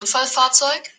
unfallfahrzeug